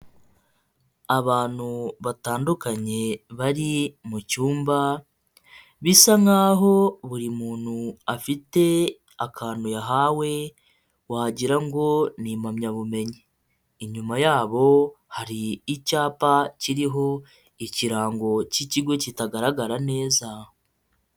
Abantu batandukanye bari mu cyumba, bisa nk'aho buri muntu afite akantu yahawe, wagira ngo ni impamyabumenyi. Inyuma yabo hari icyapa kiriho ikirango cy'ikigo kitagaragara neza.